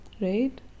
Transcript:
right